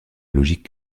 logique